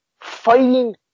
Fighting